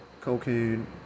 Cocaine